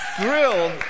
thrilled